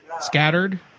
Scattered